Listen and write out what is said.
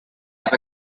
have